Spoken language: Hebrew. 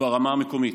ברמה המקומית,